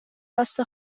راست